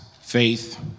faith